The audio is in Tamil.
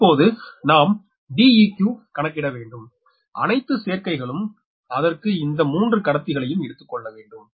இப்போது நாம் Deq கணக்கிட வேண்டும் அணைத்து சேர்க்கைகளும் அதற்க்கு இந்த 3 கடத்திகளையும் எடுத்துக்கொள்ள வேண்டும்